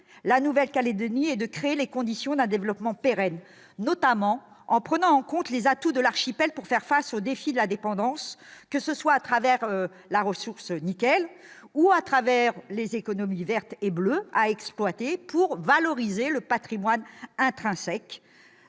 la Nouvelle-Calédonie et de créer les conditions d'un développement pérenne, notamment en prenant en compte les atouts de l'archipel pour faire face au défi de la dépendance, que ce soit grâce à la ressource du nickel ou aux économies verte et bleue qu'il est possible d'exploiter pour valoriser le patrimoine intrinsèque